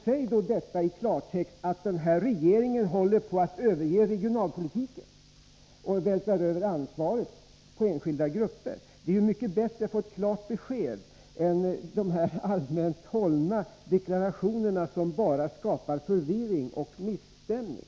Säg då i klartext att regeringen håller på att överge regionalpolitiken och övervältra ansvaret på enskilda grupper. Det är mycket bättre om man får ett klart besked än om man bara får de här allmänt hållna deklarationerna, som endast skapar förvirring och misstämning.